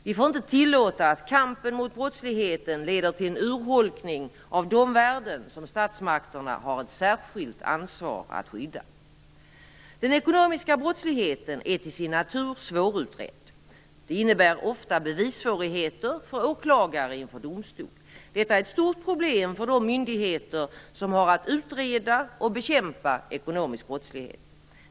Vi får inte tillåta att kampen mot brottsligheten leder till en urholkning av de värden som statsmakterna har ett särskilt ansvar att skydda. Den ekonomiska brottsligheten är till sin natur svårutredd. Det innebär ofta bevissvårigheter för åklagare inför domstol. Detta är ett stort problem för de myndigheter som har att utreda och bekämpa ekonomisk brottslighet.